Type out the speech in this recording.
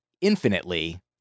infinitely